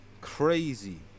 crazy